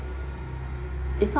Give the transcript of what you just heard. is not